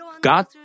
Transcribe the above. God